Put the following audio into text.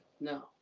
No